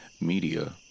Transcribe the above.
Media